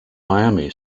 miami